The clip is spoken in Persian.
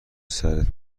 سرته